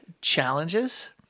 challenges